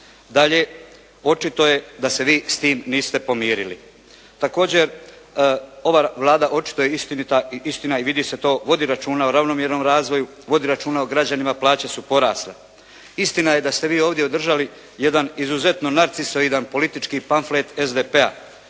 Dalje, očito je da se vi s time niste pomirili. Također, ova Vlada očito je istinita i istina vidi se to vodi računa o ravnomjernom razvoju, vodi računa o građanima, plaće su porasle. Istina je da ste vi održali jedan izuzetno narcisoidan politički …/Govornik